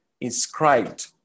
inscribed